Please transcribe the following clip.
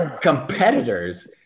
competitors